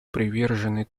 привержены